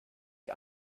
die